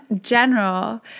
general